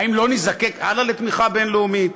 האם לא נזדקק הלאה לתמיכה בין-לאומית?